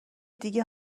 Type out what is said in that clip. دیگه